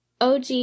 OG